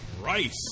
Rice